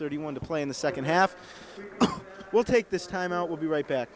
thirty one to play in the second half will take this time out we'll be right back